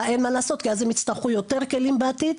אלא אין מה לעשות כי אז הם יצטרכו יותר כלים בעתיד,